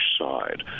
side